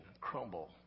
crumble